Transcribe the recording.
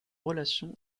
relation